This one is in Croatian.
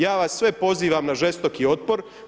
Ja vas sve pozivam na žestoki otpor.